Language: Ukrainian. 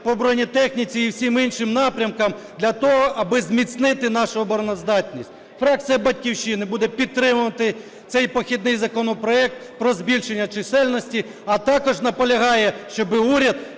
по бронетехніці і всіх інших напрямках для того, аби зміцнити нашу обороноздатність. Фракція "Батьківщина" буде підтримувати цей похідний законопроект про збільшення чисельності, а також наполягає, щоб уряд